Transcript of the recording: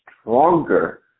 stronger